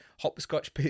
hopscotch